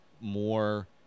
more